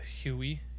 Huey